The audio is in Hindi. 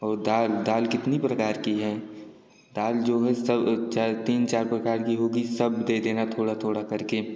और दाल दाल कितनी प्रकार की है दाल जो है सब तीन चार प्रकार की होगी सब दे देना थोड़ा थोड़ा कर के